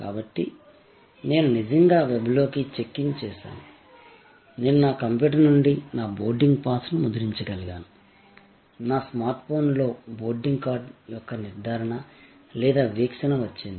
కాబట్టి నేను నిజంగా వెబ్లో చెక్ ఇన్ చేశాను నేను నా కంప్యూటర్ నుండి నా బోర్డింగ్ పాస్ను ముద్రించగలను నా స్మార్ట్ ఫోన్లో బోర్డింగ్ కార్డ్ యొక్క నిర్ధారణ లేదా వీక్షణ వచ్చింది